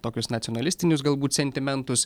tokius nacionalistinius galbūt sentimentus